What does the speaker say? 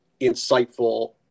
insightful